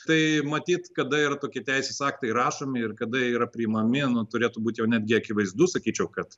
tai matyt kada yra tokie teisės aktai rašomi ir kada yra priimami nu turėtų būti jau netgi akivaizdu sakyčiau kad